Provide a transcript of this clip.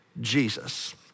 Jesus